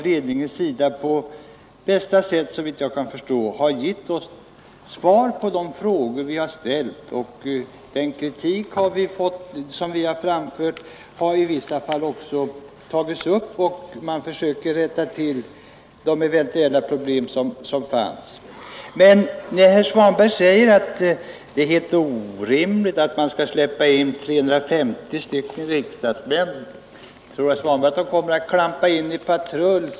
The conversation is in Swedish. Ledningen har på bästa sätt, såvitt jag kan förstå, gett oss svar på de frågor vi har ställt, och den kritik som vi har framfört har också tagits upp, och man har försökt att lösa de eventuella problem som förelegat. Men när herr Svanberg säger att det är helt orimligt att släppa in 350 riksdagsmän på en bolagsstämma, undrar jag om herr Svanberg tror att riksdagsmännen kommer att klampa in i patrull.